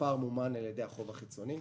מומן על ידי החוב החיצוני.